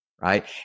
right